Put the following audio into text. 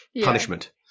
Punishment